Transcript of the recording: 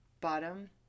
bottom